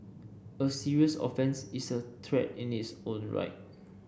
a serious offence is a threat in its own right